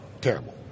Terrible